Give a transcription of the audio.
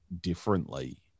differently